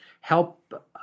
help